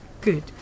good